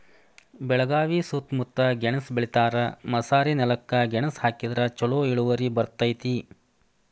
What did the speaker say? ಬೆಳಗಾವಿ ಸೂತ್ತಮುತ್ತ ಗೆಣಸ್ ಬೆಳಿತಾರ, ಮಸಾರಿನೆಲಕ್ಕ ಗೆಣಸ ಹಾಕಿದ್ರ ಛಲೋ ಇಳುವರಿ ಬರ್ತೈತಿ